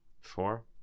Four